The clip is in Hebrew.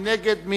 מי נגד?